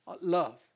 love